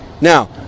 Now